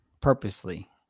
purposely